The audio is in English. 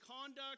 conduct